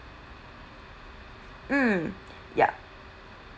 mm yup